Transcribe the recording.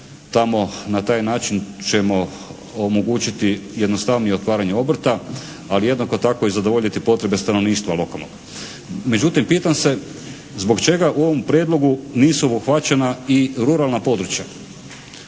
tamo na taj način ćemo omogućiti jednostavnije otvaranje obrta, ali jednako tako i zadovoljiti potrebe stanovništva lokalnog. Međutim, pitam se zbog čega u ovom Prijedlogu nisu obuhvaćena i ruralna područja.